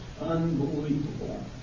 unbelievable